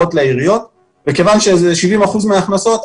לעיריות וכיוון שאלה 70 אחוזים מההכנסות,